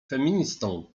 feministą